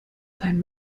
sein